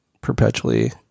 perpetually